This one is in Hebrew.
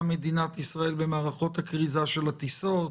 מדינת ישראל במערכות הכריזה של הטיסות?